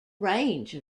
range